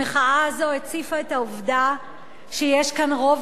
המחאה הזו הציפה את העובדה שיש כאן רוב